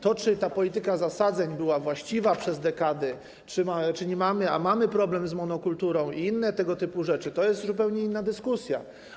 To, czy ta polityka zasadzeń była właściwa przez dekady, a mamy problem z monokulturą i inne tego typu rzeczy, to jest zupełnie inna dyskusja.